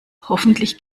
hoffentlich